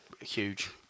huge